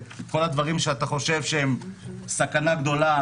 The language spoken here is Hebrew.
שכל הדברים שאתה חושב שהם סכנה גדולה,